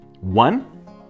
One